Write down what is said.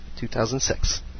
2006